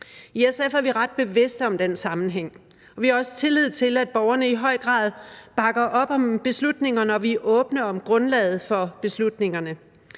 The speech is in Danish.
I SF er vi ret bevidste om den sammenhæng, og vi har også tillid til, at borgerne i høj grad bakker op om beslutninger, når vi er åbne om grundlaget for beslutningerne.